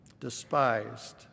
despised